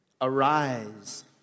Arise